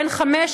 בן חמש,